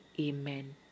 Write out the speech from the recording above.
Amen